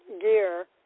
gear